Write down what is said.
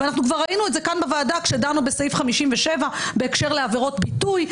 כבר ראינו את זה בוועדה כשדנו בסעיף 57 בהקשר לעבירות ביטוי,